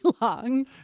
long